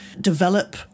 develop